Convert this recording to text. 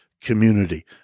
community